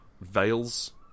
Veils